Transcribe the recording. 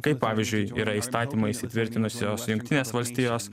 kaip pavyzdžiui yra įstatymais įtvirtinusios jungtinės valstijos